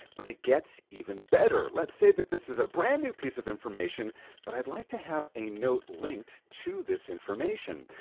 but it gets even better. let's say that this is a brand new piece of information but i'd like to have a note linked to this information.